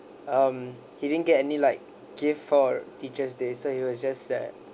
um he didn't get any like gift for teacher's day so he was just sad